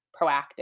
proactive